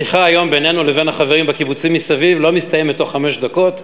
שיחה היום בינינו לבין החברים בקיבוצים מסביב לא מסתיימת תוך חמש דקות,